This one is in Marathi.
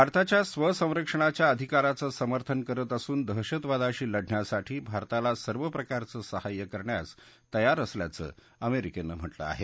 भारताच्या स्वसंरक्षणाच्या अधिकाराचं समर्थन करत असून दहशतवादाशी लढण्यासाठी भारताला सर्वप्रकारचं सहाय्य करण्यास तयार असल्याचं अमेरिकेनं म्हटलं आहे